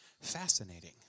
Fascinating